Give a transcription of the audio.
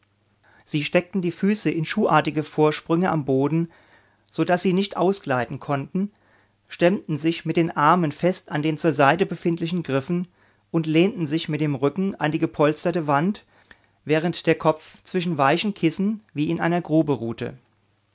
sie steckten die füße in schuhartige vorsprünge am boden so daß sie nicht ausgleiten konnten stemmten sich mit den armen fest an den zur seite befindlichen griffen und lehnten sich mit dem rücken an die gepolsterte wand während der kopf zwischen weichen kissen wie in einer grube ruhte